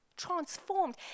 Transformed